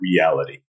Reality